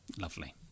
Lovely